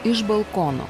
iš balkono